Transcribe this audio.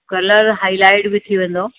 colour highlight बि थी वेंदो